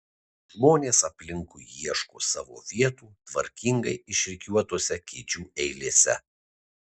žmonės aplinkui ieško savo vietų tvarkingai išrikiuotose kėdžių eilėse